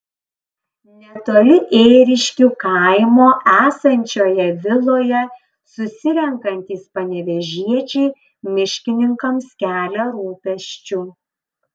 netoli ėriškių kaimo esančioje viloje susirenkantys panevėžiečiai miškininkams kelia rūpesčių